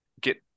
get